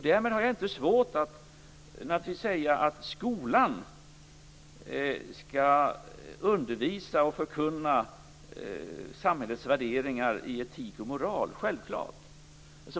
Därmed har jag inte svårt att säga att skolan naturligtvis skall undervisa och förkunna samhällets värderingar i etik och moral - självklart!